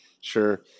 Sure